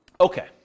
Okay